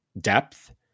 depth